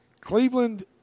Cleveland